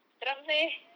seram seh